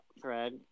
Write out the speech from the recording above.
thread